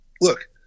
look